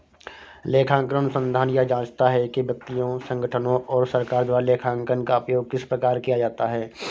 लेखांकन अनुसंधान यह जाँचता है कि व्यक्तियों संगठनों और सरकार द्वारा लेखांकन का उपयोग किस प्रकार किया जाता है